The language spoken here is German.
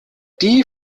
die